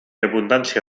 abundància